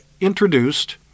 introduced